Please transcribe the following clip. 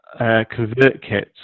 ConvertKit